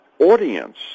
audience